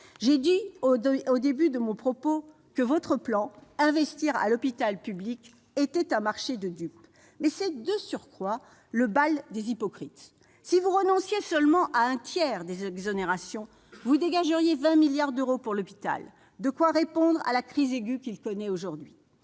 J'ai dit au début de mon propos que votre plan « Investir pour l'hôpital public » était un marché de dupes, mais c'est, de surcroît, le bal des hypocrites ! Si vous renonciez ne serait-ce qu'à un tiers de ces exonérations, vous dégageriez 20 milliards d'euros pour l'hôpital, de quoi répondre à la crise aiguë qu'il connaît aujourd'hui.